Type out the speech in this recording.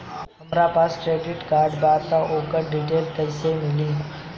हमरा पास credit card बा त ओकर डिटेल्स कइसे मिली?